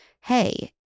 hey